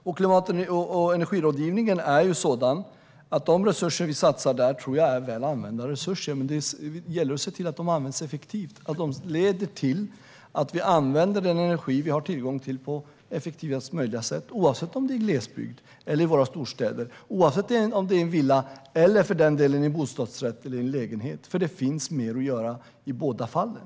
De resurser som vi satsar på klimat och energirådgivningen är väl använda resurser, men det gäller att se till att de används effektivt så att de leder till att vi använder den energi som vi har tillgång till på effektivast möjliga sätt, oavsett om det gäller glesbygd eller våra storstäder och oavsett om det gäller en villa eller en lägenhet. Det finns mer att göra i båda fallen.